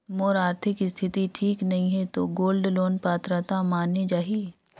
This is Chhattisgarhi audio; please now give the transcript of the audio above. मोर आरथिक स्थिति ठीक नहीं है तो गोल्ड लोन पात्रता माने जाहि?